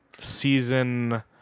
season